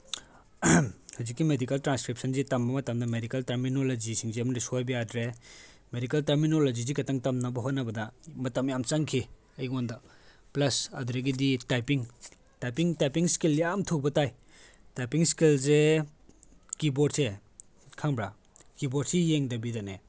ꯍꯧꯖꯤꯛꯀꯤ ꯃꯦꯗꯤꯀꯦꯜ ꯇ꯭ꯔꯥꯟꯁꯀ꯭ꯔꯤꯞꯁꯟꯁꯦ ꯇꯝꯕ ꯃꯇꯝꯗ ꯃꯦꯗꯤꯀꯦꯜ ꯇꯔꯃꯤꯅꯣꯂꯣꯖꯤꯁꯤꯡꯁꯦ ꯑꯃꯗꯤ ꯁꯣꯏꯕ ꯌꯥꯗ꯭ꯔꯦ ꯃꯦꯗꯤꯀꯦꯜ ꯇꯔꯃꯤꯅꯣꯂꯣꯖꯤꯁꯦ ꯈꯛꯇꯪ ꯇꯝꯅꯕ ꯍꯣꯠꯅꯕꯗ ꯃꯇꯝ ꯌꯥꯝ ꯆꯪꯈꯤ ꯑꯩꯉꯣꯟꯗ ꯄ꯭ꯂꯁ ꯑꯗꯨꯗꯒꯤꯗꯤ ꯇꯥꯏꯄꯤꯡ ꯇꯥꯏꯄꯤꯡ ꯇꯥꯏꯄꯤꯡ ꯏꯁꯀꯤꯜ ꯌꯥꯝ ꯊꯨꯕ ꯇꯥꯏ ꯇꯥꯏꯄꯤꯡ ꯏꯁꯀꯤꯜꯁꯦ ꯀꯤꯕꯣꯔꯠꯁꯦ ꯈꯪꯕ꯭ꯔꯥ ꯀꯤꯕꯣꯔꯠꯁꯤ ꯌꯦꯡꯗꯕꯤꯗꯅꯦ